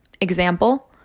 Example